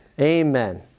amen